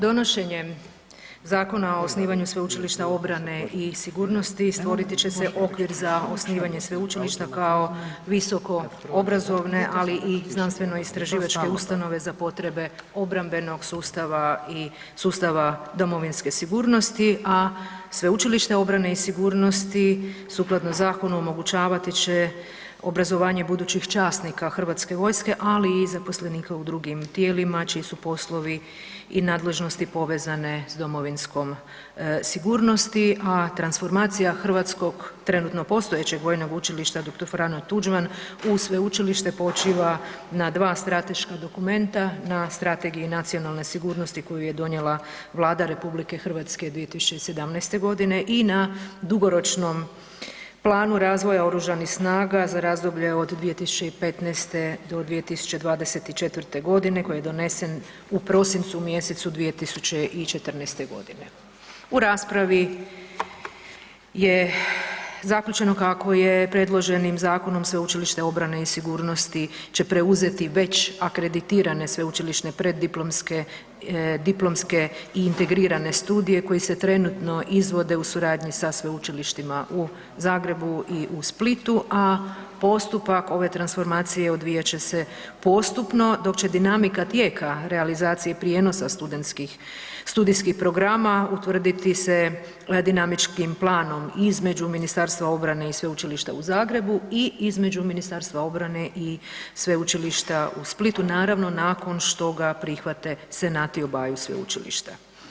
Donošenjem Zakona o osnivanju Sveučilišta obrane i sigurnosti stvoriti će se okvir za osnivanje sveučilišta kao visoko obrazovne, ali i znanstveno istraživačke ustanove za potrebe obrambenog sustava i sustava domovinske sigurnosti, a Sveučilište obrane i sigurnosti sukladno zakonu omogućavati će obrazovanje budućih časnika HV-a, ali i zaposlenika u drugim tijelima čiji su poslovi i nadležnosti povezane s domovinskom sigurnosti, a transformacija hrvatskog trenutno postojećeg Vojnog učilišta dr. Franjo Tuđman u sveučilište počiva na 2 strateška dokumenta, na strategiji nacionalne sigurnosti koju je donijela Vlada RH 2017.g. i na dugoročnom planu razvoja oružanih snaga za razdoblje od 2015. do 2024.g. koji je donesen u prosincu mjesecu 2014.g. U raspravi je zaključeno kako je predloženim zakonom Sveučilište obrane i sigurnosti će preuzeti već akreditirane sveučilišne preddiplomske, diplomske i integrirane studije koji se trenutno izvode u suradnji sa Sveučilištima u Zagrebu i u Splitu, a postupak ove transformacije odvijat će se postupno, dok će dinamika tijeka realizacije prijenosa studentskih, studijskih programa utvrditi se dinamičkim planom između Ministarstva obrane i Sveučilišta u Zagrebu i između Ministarstva obrana i Sveučilišta u Splitu, naravno nakon što ga prihvate senati obaju sveučilišta.